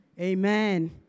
Amen